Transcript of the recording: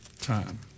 time